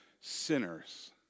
sinners